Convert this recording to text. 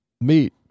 meet